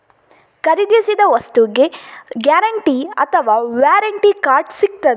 ಖರೀದಿಸಿದ ವಸ್ತುಗೆ ಗ್ಯಾರಂಟಿ ಅಥವಾ ವ್ಯಾರಂಟಿ ಕಾರ್ಡ್ ಸಿಕ್ತಾದ?